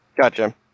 Gotcha